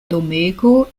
domego